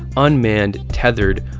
unmanned, tethered,